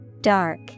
Dark